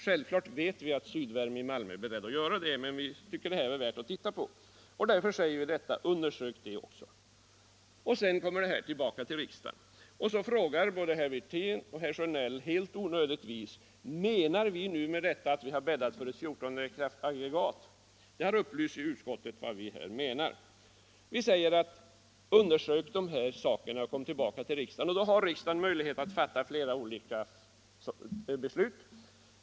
Självklart vet vi att Sydvärme i Malmö är berett att bygga, men vi tycker det är värt att undersöka förutsättningarna. Därför säger vi: Undersök också detta projekt. Sedan kommer ärendet tillbaka till riksdagen. Både herr Wirtén och herr Sjönell frågar helt onödigt om vi menar med detta att vi har bäddat för ett fjortonde kraftaggregat. Vi har i utskottet upplyst om vad vi menar. Vi säger: Undersök dessa saker och kom tillbaka till riksdagen. Då har riksdagen flera olika möjligheter att fatta beslut.